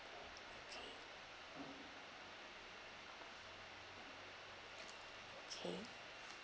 okay okay